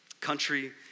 country